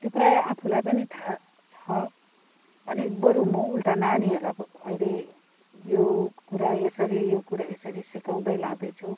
त्यो प्राय आफूलाई पनि थाह छ बरु म उल्टा नानीहरूलाई अहिले यो कुरा यसरी यो कुरा यसरी सिकाउँदै लाँदैछु